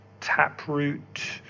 Taproot